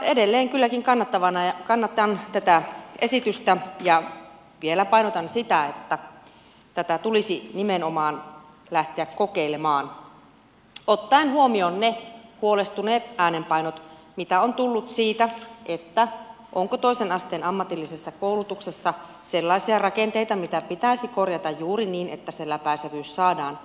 edelleen kylläkin kannatan tätä esitystä ja vielä painotan sitä että tätä tulisi nimenomaan lähteä kokeilemaan ottaen huomioon ne huolestuneet äänenpainot joita on tullut siitä onko toisen asteen ammatillisessa koulutuksessa sellaisia rakenteita mitä pitäisi korjata juuri niin että se läpäisevyys saadaan paremmaksi